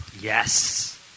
yes